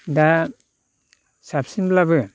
दा साबसिनब्लाबो